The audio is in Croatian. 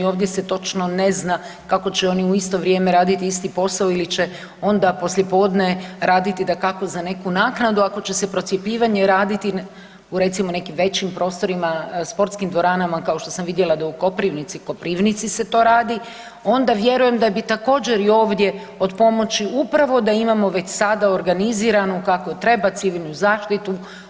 Ovdje se točno ne zna kako će oni u isto vrijeme radit isti posao ili će onda poslije podne raditi dakako za neku naknadu ako će se procjepljivanje raditi u recimo nekim većim prostorima, sportskim dvoranama kao što sam vidjela da u Koprivnici, u Koprivnici se to radi, onda vjerujem da bi također i ovdje od pomoći upravo da imamo već sada organiziranu kako treba civilnu zaštitu.